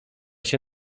się